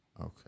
Okay